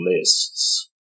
lists